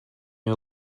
you